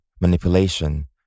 manipulation